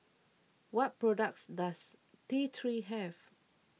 what products does T three have